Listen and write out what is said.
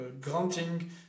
Granting